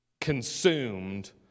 consumed